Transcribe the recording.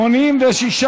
חוק-יסוד: הכנסת (תיקון מס' 47) נתקבל.